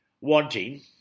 wanting